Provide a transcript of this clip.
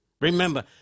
remember